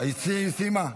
היא סיימה.